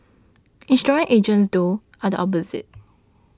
insurance agents though are the opposite